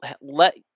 Let